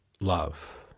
love